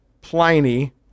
Pliny